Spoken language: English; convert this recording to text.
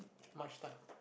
much type